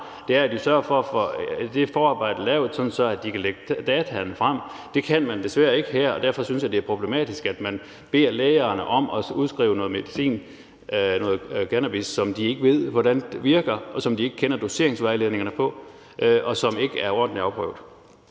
nemlig at de sørger for at få det forarbejde lavet, sådan at de kan lægge dataene frem. Det kan man desværre ikke her, og derfor synes jeg, det er problematisk, at man beder lægerne om at udskrive noget medicin, noget cannabis, som de ikke ved hvordan virker, som de ikke kender doseringsvejledningerne for, og som ikke er ordentligt afprøvet.